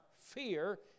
fear